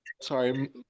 Sorry